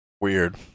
Weird